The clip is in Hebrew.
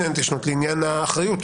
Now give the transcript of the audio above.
לעניין האחריות,